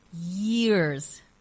years